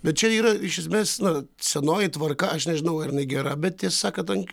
bet čia yra iš esmės na senoji tvarka aš nežinau ar jinai gera bet tiesa kadan